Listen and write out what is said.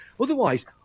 Otherwise